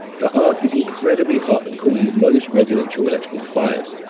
the arc is incredibly hot and causes most residential electrical fires.